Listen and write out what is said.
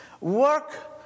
Work